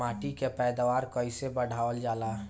माटी के पैदावार कईसे बढ़ावल जाला?